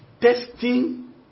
testing